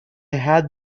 had